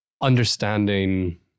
understanding